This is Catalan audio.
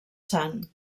sant